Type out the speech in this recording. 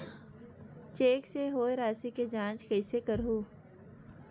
Cheque से होए राशि के जांच कइसे करहु?